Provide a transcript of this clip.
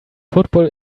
football